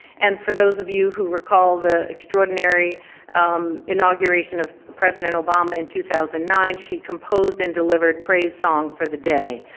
and for those of you who recall the extraordinary inauguration of president obama in two thousand and nine, she composed and delivered praise song for the day,